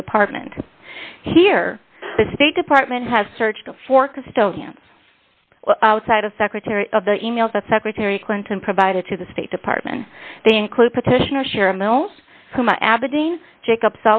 of a department here the state department has searched for custodians well outside of secretary of the e mails that secretary clinton provided to the state department they include petitioner sharon mill